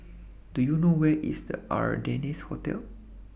Do YOU know Where IS The Ardennes Hotel